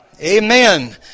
Amen